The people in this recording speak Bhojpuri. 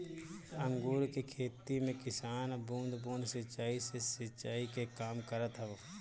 अंगूर के खेती में किसान बूंद बूंद सिंचाई से सिंचाई के काम करत हवन